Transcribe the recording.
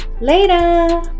Later